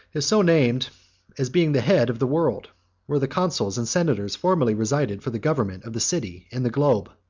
is so named as being the head of the world where the consuls and senators formerly resided for the government of the city and the globe.